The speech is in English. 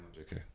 Okay